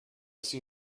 see